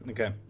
Okay